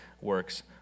works